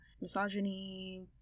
misogyny